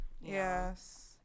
Yes